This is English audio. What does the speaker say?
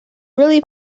really